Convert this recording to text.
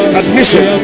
admission